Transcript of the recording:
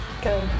Good